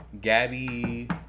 Gabby